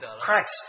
Christ